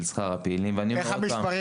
שכר הפעילים ואני אומר את זה עוד פעם,